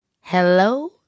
Hello